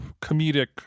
comedic